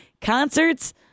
concerts